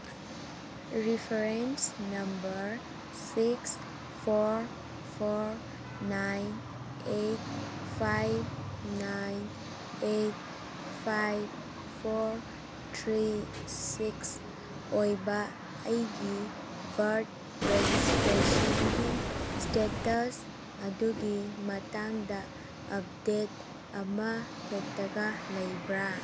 reference number six four four nine eight five nine eight five four three six ꯑꯣꯏꯕ ꯑꯩꯒꯤ birth ꯔꯦꯖꯤꯁꯇ꯭ꯔꯦꯁꯟꯒꯤ status ꯑꯗꯨꯒꯤ ꯃꯇꯥꯡꯗ update ꯑꯃꯍꯦꯛꯇꯒ ꯂꯩꯕ꯭ꯔꯥ